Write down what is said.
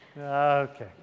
Okay